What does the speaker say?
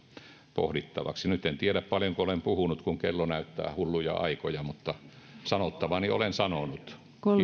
pohdittavaksi nyt en tiedä paljonko olen puhunut kun kello näyttää hulluja aikoja mutta sanottavani olen sanonut